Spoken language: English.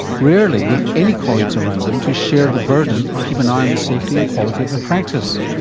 rarely with any colleagues around them to share the burden or keep an eye on the safety and quality of their practice.